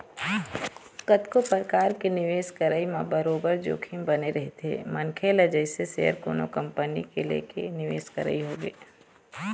कतको परकार के निवेश करई म बरोबर जोखिम बने रहिथे मनखे ल जइसे सेयर कोनो कंपनी के लेके निवेश करई होगे